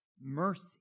mercy